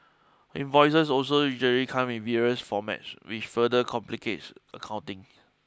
invoices also usually come in various formats which further complicates accounting